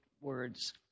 words